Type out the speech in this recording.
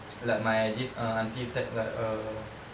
like my this err aunty set like err